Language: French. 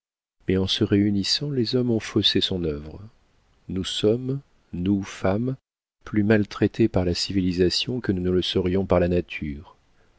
mais en se réunissant les hommes ont faussé son œuvre nous sommes nous femmes plus maltraitées par la civilisation que nous ne le serions par la nature